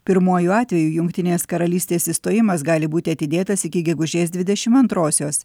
pirmuoju atveju jungtinės karalystės išstojimas gali būti atidėtas iki gegužės dvidešim antrosios